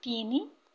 ତିନି